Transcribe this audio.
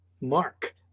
Mark